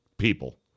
people